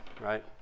right